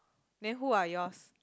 then who are yours